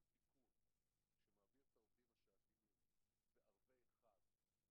לעשות תיקון שמעביר את העובדים השעתיים בערבי חג,